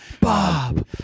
Bob